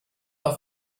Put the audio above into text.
auf